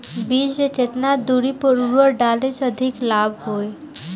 बीज के केतना दूरी पर उर्वरक डाले से अधिक लाभ होई?